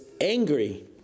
angry